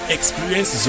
Experience